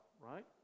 right